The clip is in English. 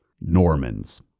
Normans